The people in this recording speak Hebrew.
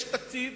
יש תקציב